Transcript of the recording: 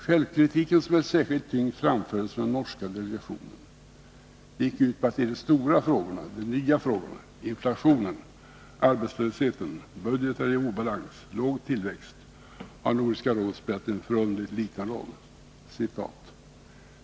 Självkritiken, som med särskild tyngd framfördes från den norska delegationen, gick ut på att i de nya stora frågorna — inflationen, arbetslösheten, låg tillväxt, budgetar i obalans — har Nordiska rådet spelat en förunderligt liten roll.